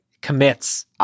commits